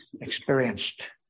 experienced